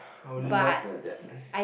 I would love to have that